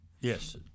Yes